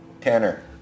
Tanner